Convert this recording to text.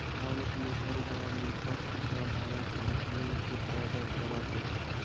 भारत में हर गांव में हर किसान हरा सब्जियन के पैदा करा हई